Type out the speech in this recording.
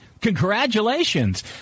Congratulations